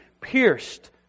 pierced